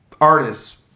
artists